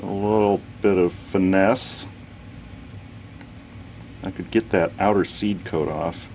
a little bit of fun ness i could get that outer seed coat off